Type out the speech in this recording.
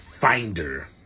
finder